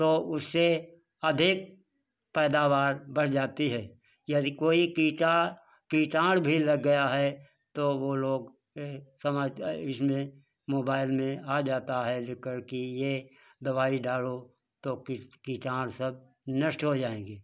तो उससे अधिक पैदावार बढ़ जाती है यदि कोई किटा किटाणु भी लग गया है तो वो लोग समझ इसमें मोबाइल में आ जाता है ज़िक्र कि ये दवाई डालो तो किट कीटाणु सब नष्ट हो जाएंगे